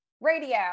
radio